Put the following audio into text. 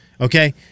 Okay